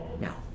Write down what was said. now